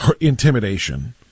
intimidation